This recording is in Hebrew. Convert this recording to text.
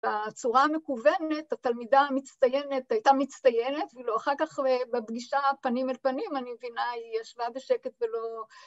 ‫בצורה המקוונת, ‫התלמידה המצטיינת הייתה מצטיינת, ‫ואחר כך בפגישה פנים אל פנים, ‫אני מבינה, היא ישבה בשקט ולא...